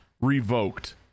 revoked